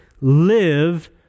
live